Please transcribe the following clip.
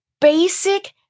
basic